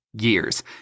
years